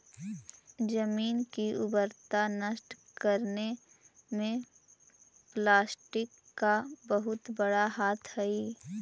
जमीन की उर्वरता नष्ट करने में प्लास्टिक का बहुत बड़ा हाथ हई